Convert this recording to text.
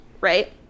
right